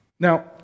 Now